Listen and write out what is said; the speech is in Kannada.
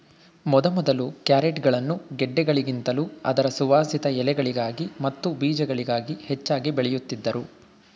ಮೊದಮೊದಲು ಕ್ಯಾರೆಟ್ಗಳನ್ನು ಗೆಡ್ಡೆಗಳಿಗಿಂತಲೂ ಅದರ ಸುವಾಸಿತ ಎಲೆಗಳಿಗಾಗಿ ಮತ್ತು ಬೀಜಗಳಿಗಾಗಿ ಹೆಚ್ಚಾಗಿ ಬೆಳೆಯುತ್ತಿದ್ದರು